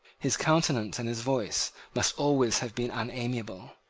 his countenance and his voice must always have been unamiable.